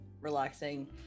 relaxing